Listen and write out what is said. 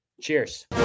Cheers